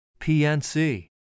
PNC